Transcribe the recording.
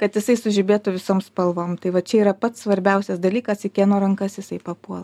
kad jisai sužibėtų visom spalvom tai va čia yra pats svarbiausias dalykas į kieno rankas jisai papuola